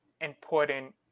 important